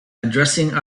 addressing